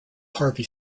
harvey